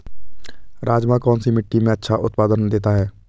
राजमा कौन सी मिट्टी में अच्छा उत्पादन देता है?